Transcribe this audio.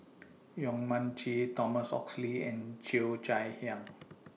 Yong Mun Chee Thomas Oxley and Cheo Chai Hiang